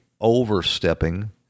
overstepping